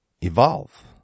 evolve